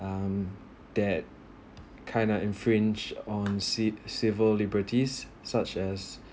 um that kind of infringe on ci~ civil liberties such as